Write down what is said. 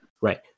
right